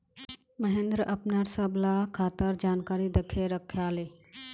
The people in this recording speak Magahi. महेंद्र अपनार सबला खातार जानकारी दखे रखयाले